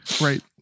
right